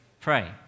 pray